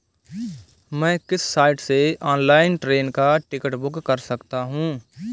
मैं किस साइट से ऑनलाइन ट्रेन का टिकट बुक कर सकता हूँ?